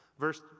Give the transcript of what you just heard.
Verse